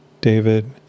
david